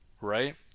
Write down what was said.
right